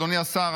אדוני השר,